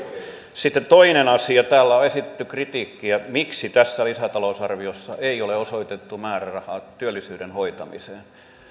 sitten toinen asia täällä on esitetty kritiikkiä siitä miksi tässä lisätalousarviossa ei ole osoitettu määrärahaa työllisyyden hoitamiseen